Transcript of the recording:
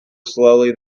slowly